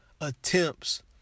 attempts